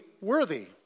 worthy